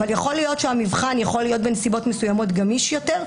אבל יכול להיות שהוא יהיה בנסיבות מסוימות גמיש יותר.